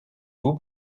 vous